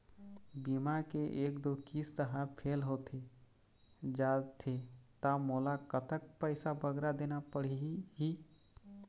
बीमा के एक दो किस्त हा फेल होथे जा थे ता मोला कतक पैसा बगरा देना पड़ही ही?